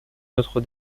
notre